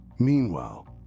Meanwhile